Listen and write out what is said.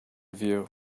view